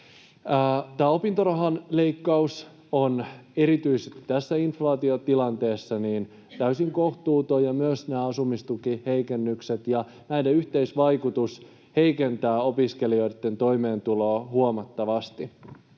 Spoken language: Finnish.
opintorahan leikkaus on erityisesti tässä inflaatiotilanteessa täysin kohtuuton, ja myös nämä asumistukiheikennykset, ja näiden yhteisvaikutus heikentää opiskelijoitten toimeentuloa huomattavasti.